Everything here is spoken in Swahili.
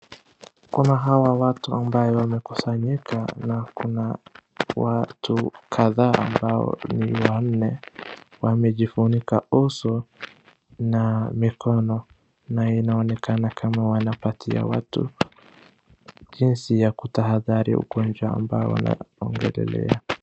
Kuna hawa watu ambaye wamekusanyika na kuna watu kadhaa mabao ni wanne na wamejifunika uso na mikono na inaonekana kama wapatia watu jinsi ya kutahadhari ugonjwa ambao wanaongelelea.